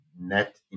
Net